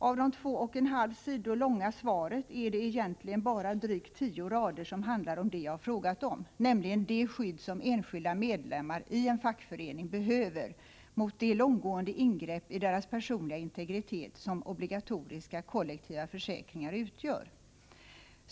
Av det utdelade två en en halv sidor långa svaret är det drygt tio rader som handlar om det jag har frågat om, nämligen det skydd som enskilda medlemmar i en fackförening behöver mot det långtgående ingrepp i deras personliga integritet som obligatoriska, kollektiva försäkringar utgör.